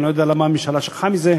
אני לא יודע למה הממשלה שכחה מזה,